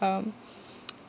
um